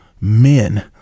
men